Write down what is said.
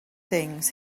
things